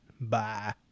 Bye